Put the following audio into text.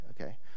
okay